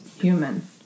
human